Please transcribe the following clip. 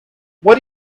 what